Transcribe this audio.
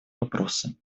вопросы